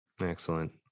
Excellent